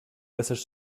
passage